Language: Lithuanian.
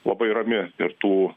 labai rami ir tų